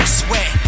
sweat